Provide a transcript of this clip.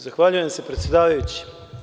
Zahvaljujem se predsedavajući.